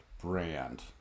brand